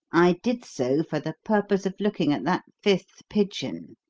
i did so for the purpose of looking at that fifth pigeon.